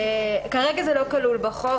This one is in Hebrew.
כרגע זה לא כלול בחוק.